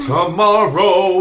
Tomorrow